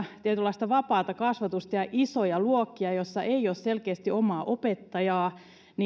tietynlaista vapaata kasvatusta ja isoja luokkia joissa ei ole selkeästi omaa opettajaa